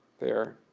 there,